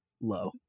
low